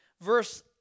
Verse